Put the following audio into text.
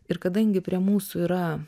ir kadangi prie mūsų yra